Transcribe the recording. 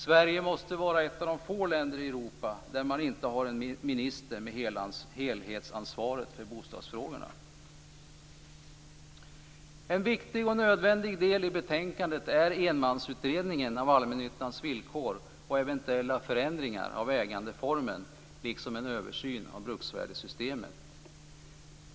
Sverige måste vara ett av de få länderna i Europa där det inte finns en minister med helhetsansvaret för bostadsfrågorna. En viktig och nödvändig del i betänkandet är enmansutredningen av allmännyttans villkor och eventuella förändringar av ägandeformen liksom en översyn av bruksvärdessystemet.